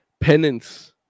penance